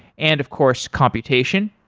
and of course, computation.